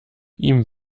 ihm